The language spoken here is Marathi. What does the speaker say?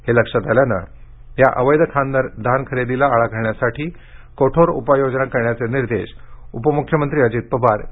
हे लक्षात आल्याने या अवैध धानखरेदीला आळा घालण्यासाठी कठोर उपाययोजना करण्याचे निर्देश उपमुख्यमंत्री अजित पवार यांनी काल दिले